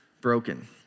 broken